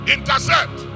Intercept